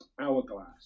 Hourglass